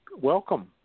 welcome